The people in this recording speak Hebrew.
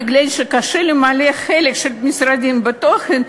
מכיוון שקשה למלא חלק של משרדים בתוכן,